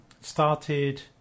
started